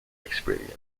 experience